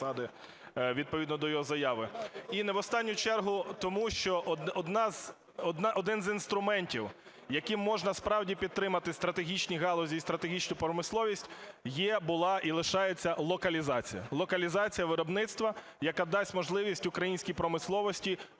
відповідно до його заяви. І не в останню чергу тому, що одна з... один з інструментів, яким можна справді підтримати стратегічні галузі і стратегічну промисловість, є, була і лишається локалізація - локалізація виробництва, яка дасть можливість українській промисловості